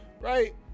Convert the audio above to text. right